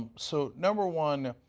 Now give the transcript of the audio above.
ah so number one,